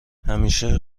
همیشه